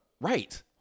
Right